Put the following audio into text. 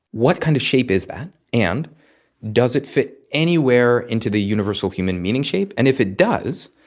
what kind of shape is that? and does it fit anywhere into the universal human meaning shape? and if it does,